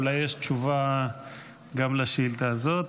אולי יש תשובה גם על השאילתה הזאת?